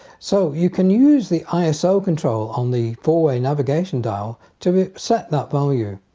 so you can use the iso control on the four-way navigation dial to set that value.